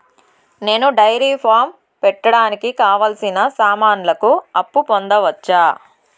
నేను dairy farm పెట్టడానికి కావాల్సిన సామాన్లకు అప్పు పొందొచ్చా?